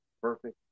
perfect